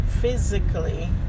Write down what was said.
physically